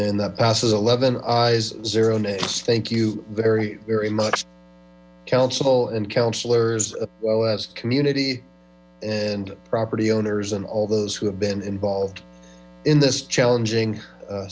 and that passes eleven eyes zero nine thank you very very much council and councilors as well as community and property owners and all those who have been involved in this challenging